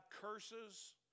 curses